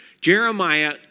Jeremiah